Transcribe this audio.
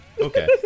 Okay